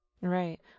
Right